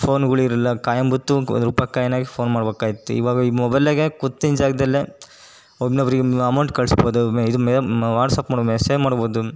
ಫೋನುಗಳಿರ್ಲಿಲ್ಲ coin booth ಗು ಅದ್ರ ಪಕ್ಕ ಏನಾರೂ ಫೋನ್ ಮಾಡ್ಬಕಾಗಿತ್ತು ಇವಾಗ ಈ ಮೊಬೈಲಾಗೇ ಕುತ್ತಿದ್ದ ಜಾಗದಲ್ಲೇ ಒಬ್ನು ಒಬ್ಬರಿಗೆ ಅಮೌಂಟ್ ಕಳಿಸ್ಬೋದು ಮೆ ಇದು ಮೇಲ್ ವಾಟ್ಸಪ್ ಮಾಡಿ ಮೆಸೇಜ್ ಮಾಡ್ಬೋದು